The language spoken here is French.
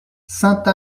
sainte